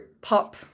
pop